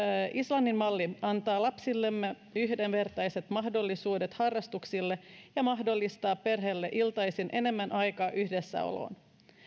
islannin malli antaa lapsillemme yhdenvertaiset mahdollisuudet harrastuksille ja mahdollistaa perheille iltaisin enemmän aikaa yhdessäoloon